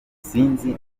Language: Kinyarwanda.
nsinzi